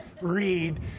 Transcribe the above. read